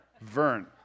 Vern